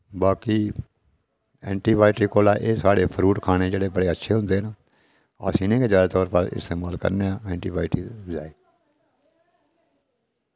बाकी एंटीबायोटिक कोला एह् साढ़े फ्रूट खाने जेह्ड़े बड़े अच्छे होंदे न अस इनेंगी गै ज्यादा तौर पर इस्तेमाल करने आं एंटीबायोटिक दे बजाए